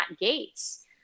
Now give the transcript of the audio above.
Gates